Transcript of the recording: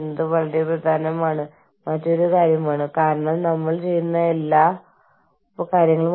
കൈക്കൂലിയും അഴിമതിയുമാണ് ജനങ്ങൾ കൈകാര്യം ചെയ്യേണ്ട മറ്റൊരു കാര്യം